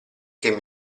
che